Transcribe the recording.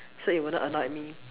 so it will not annoyed me